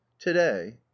today